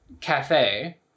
cafe